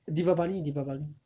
deepavali deepavali